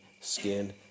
skin